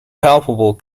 palpable